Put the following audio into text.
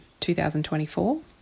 2024